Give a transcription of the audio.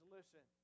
Listen